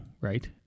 Right